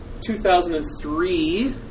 2003